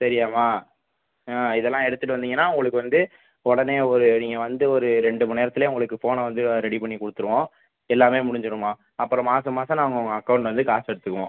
சரியாம்மா ஆ இதெல்லாம் எடுத்துகிட்டு வந்தீங்கன்னா உங்களுக்கு வந்து உடனே ஒரு நீங்கள் வந்து ஒரு ரெண்டு மண்நேரத்துலேயே உங்களுக்கு ஃபோனை வந்து ரெடி பண்ணி கொடுத்துடுவோம் எல்லாமே முடிஞ்சிடும்மா அப்புறம் மாதம் மாதம் நாங்கள் உங்கள் அக்கௌண்ட்லேருந்து காசு எடுத்துக்குவோம்